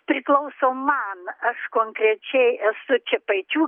priklauso man aš konkrečiai esu čepaičių